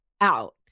out